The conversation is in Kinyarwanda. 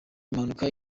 impanuka